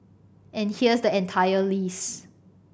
and here's the entire list